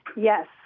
Yes